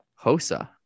Hosa